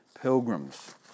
pilgrims